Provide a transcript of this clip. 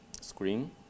screen